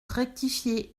rectifié